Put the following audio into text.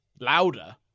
louder